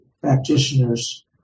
practitioners